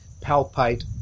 palpate